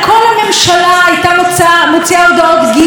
ראש הממשלה ורעייתו היו מגיעים לשבעה,